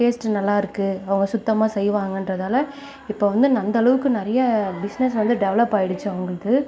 taste நல்லாயிருக்கு அவங்க சுத்தமாக செய்வாங்கன்றதால் இப்போ வந்து அந்தளவுக்கு நிறைய பிஸ்னஸ் வந்து டெவலப் ஆகிடுச்சு அவங்களுக்கு